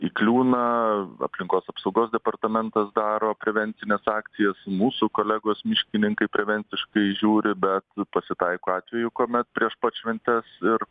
įkliūna aplinkos apsaugos departamentas daro prevencines akcijas mūsų kolegos miškininkai prevenciškai žiūri bet pasitaiko atvejų kuomet prieš pat šventes ir